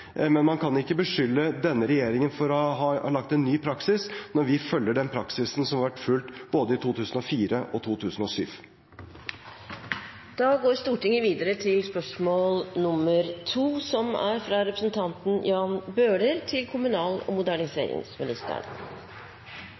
men man kan ikke beskylde denne regjeringen for å ha etablert en ny praksis når vi følger den praksisen som har vært fulgt både i 2004 og i 2007. Jeg vil gjerne stille kommunal- og moderniseringsministeren følgende spørsmål: «Regjeringen har hatt på høring forslag til